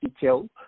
detail